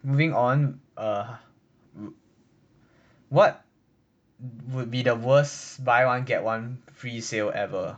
moving on err what would be the worst buy one get one free sale ever